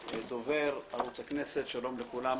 דובר, ערוץ הכנסת, שלום לכולם,